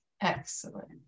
Excellent